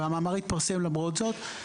והמאמר התפרסם למרות זאת.